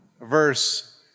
verse